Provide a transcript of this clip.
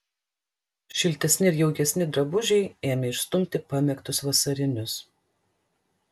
šiltesni ir jaukesni drabužiai ėmė išstumti pamėgtus vasarinius